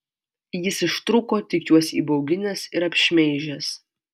jis ištrūko tik juos įbauginęs ir apšmeižęs